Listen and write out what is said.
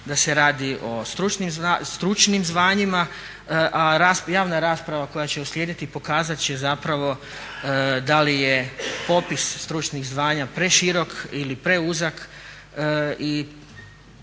da se radi o stručnim zvanjima a javna rasprava koja će uslijediti pokazati će zapravo da li je popis stručnih zvanja preširok ili preuzak